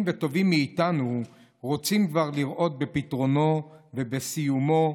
וטובים מאיתנו רוצים כבר לראות בפתרונו ובסיומו,